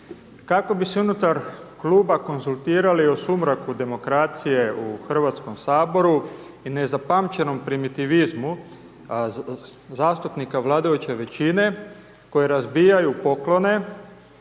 kako bi se unutar kluba konzultirali o sumraku, demokracije u Hrvatskom saboru i nezapamćenom primitivizmu zastupnika vladajuće većine koji razbijaju poklone,